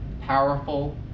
powerful